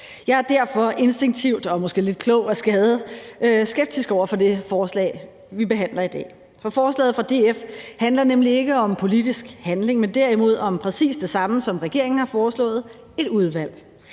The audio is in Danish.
Jeg er derfor instinktivt og måske lidt klog af skade skeptisk over for det forslag, vi behandler i dag. For forslaget fra DF handler nemlig ikke om politisk handling, men derimod om præcis det samme, som regeringen har foreslået: et udvalg.